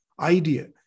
idea